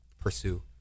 pursue